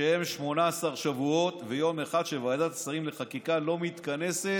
שהם 18 שבועות ויום אחד שוועדת שרים לחקיקה לא מתכנסת,